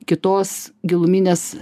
kitos giluminės